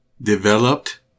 Developed